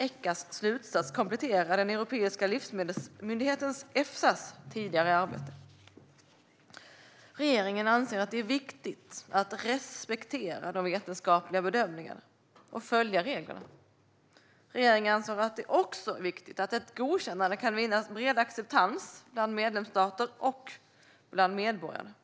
Echas slutsats kompletterar det tidigare arbetet i Europeiska livsmedelssäkerhetsmyndigheten, Efsa. Regeringen anser att det är viktigt att respektera vetenskapliga bedömningar och att följa reglerna. Regeringen anser det också viktigt att ett godkännande kan vinna bred acceptans bland medlemsstater och bland medborgarna.